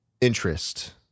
interest